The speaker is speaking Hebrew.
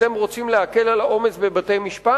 אתם רוצים להקל על העומס בבתי-משפט?